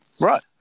right